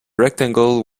rectangle